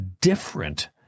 different